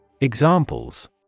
Examples